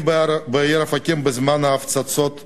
בעיר אופקים בזמן ההפצצות האחרונות.